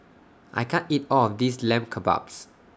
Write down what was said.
I can't eat All of This Lamb Kebabs